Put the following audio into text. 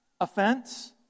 offense